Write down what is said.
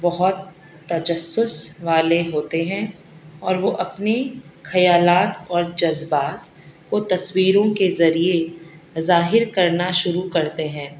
بہت تجسس والے ہوتے ہیں اور وہ اپنے کھیالات اور جذبات کو تصویروں کے ذریعے ظاہر کرنا شروع کرتے ہیں